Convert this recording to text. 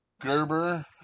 Gerber